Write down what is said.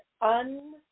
un